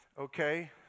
Okay